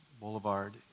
Boulevard